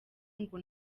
ngo